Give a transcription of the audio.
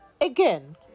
again